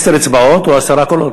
עשר אצבעות או עשרה קולות.